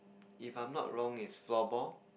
if I'm not wrong it's floorball